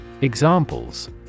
Examples